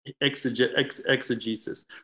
exegesis